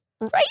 Right